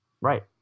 Right